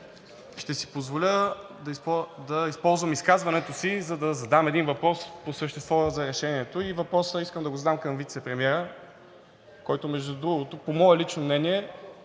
ще си позволя да използвам изказването си, за да задам един въпрос по същество за Решението. И въпроса искам да го задам към вицепремиера, който, между другото, по мое лично мнение